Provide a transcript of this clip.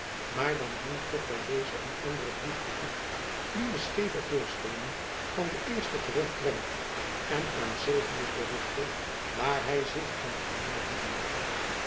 maar dan dient toch by dezen een andere brief gevoegd die de scheeve voorstellingen van den eersten te recht brengt en aan sylvius berichte waar hy zich aan te houden hebbe